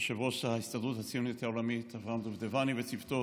יושב-ראש ההסתדרות הציונית העולמית אברהם דובדבני וצוותו,